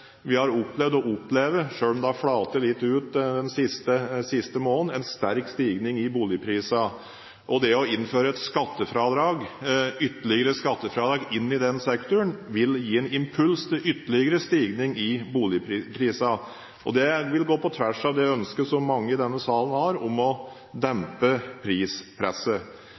Vi har opplevd – og opplever, selv om det har flatet litt ut den siste måneden – en sterk stigning i boligprisene. Det å innføre ytterligere skattefradrag i den sektoren vil gi en impuls til ytterligere stigning i boligprisene. Det vil gå på tvers av ønsket mange i denne salen har, om å dempe prispresset.